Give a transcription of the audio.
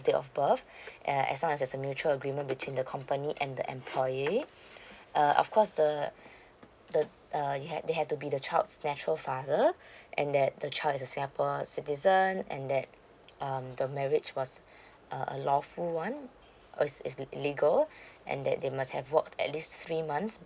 date of birth uh as long as there's a mutual agreement between the company and the employees uh of course the the uh you had they had to be the child's natural father and that the child is a singapore citizen and that um the marriage was a a lawful one is is legal and that they must have worked at least three months